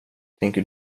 tänker